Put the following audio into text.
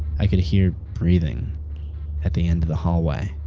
i could hear breathing at the end of the hallway.